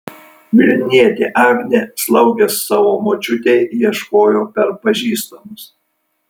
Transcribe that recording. vilnietė agnė slaugės savo močiutei ieškojo per pažįstamus